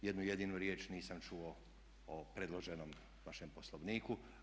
Jednu jedinu riječ nisam čuo o predloženom vašem Poslovniku.